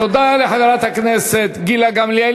תודה לחברת הכנסת גילה גמליאל.